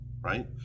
right